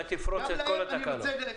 גם להם אני רוצה.